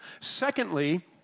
Secondly